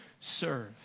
serve